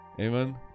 amen